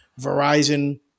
Verizon